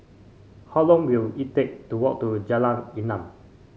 how long will it take to walk to Jalan Enam